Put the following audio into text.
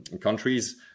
countries